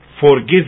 Forgive